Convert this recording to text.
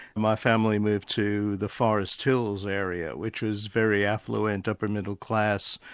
my family moved to the forest hills area, which was very affluent, upper middle class,